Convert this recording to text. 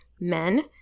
men